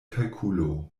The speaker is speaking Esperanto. kalkulo